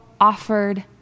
offered